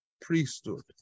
priesthood